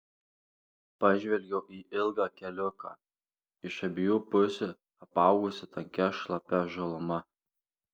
pažvelgiau į ilgą keliuką iš abiejų pusių apaugusį tankia šlapia žaluma